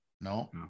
no